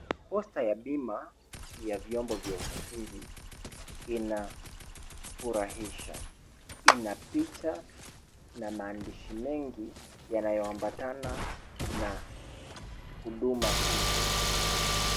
Poster ya bima ya vyombo vya usafiri inafurahisha. Ina picha na maandishi mengi yanayoambatana na huduma hizo.